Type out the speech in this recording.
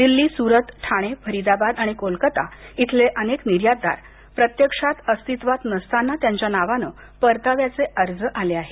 दिल्ली सूरत ठाणे फरीदाबाद आणि कोलकाता इथले अनेक निर्यातदार प्रत्यक्षात अस्तित्वात नसताना त्यांच्या नावानं परताव्याचे अर्ज आले आहेत